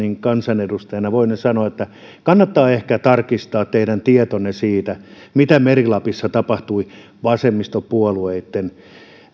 kansanedustajana voinen sanoa että teidän kannattaa ehkä tarkistaa tietonne siitä mitä meri lapissa tapahtui vasemmistopuolueitten